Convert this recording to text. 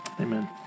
Amen